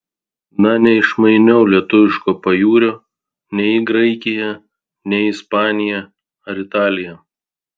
na neišmainiau lietuviško pajūrio nei į graikiją nei į ispaniją ar italiją